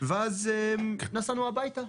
הם קנו לנו שתייה.